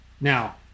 now